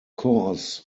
course